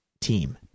team